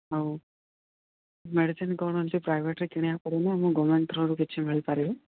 ଆଉ ମେଡିସିନ୍ କ'ଣ ଅଛି ପ୍ରାଇଭେଟ୍ରେ କିଣିବାକୁ ପଡ଼ିବ ନା ଗମେଣ୍ଟ୍ରେ କିଛି ମିଳିପାରିବ